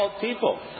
people